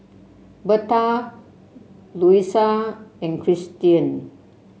Berta Luisa and Kristian